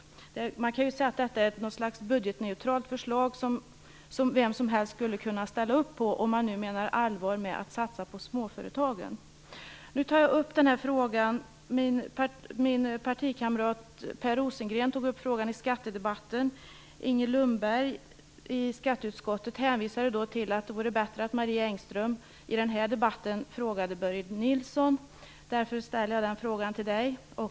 Man kan säga att det är ett slags budgetneutralt förslag som vem som helst skulle kunna ställa upp på som menar allvar med sitt tal om att satsa på småföretagen. Jag tar alltså nu upp den frågan. Min partikamrat Per Rosengren tog upp samma fråga i skattedebatten. Inger Lundberg i skatteutskottet sade då att det vore bättre att jag i den här debatten frågade Börje Nilsson. Därför ställer jag samma fråga till Börje Nilsson.